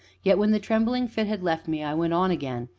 yet, when the trembling fit had left me, i went on again,